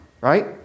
right